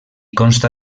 consta